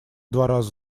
раза